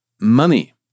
Money